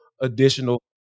additional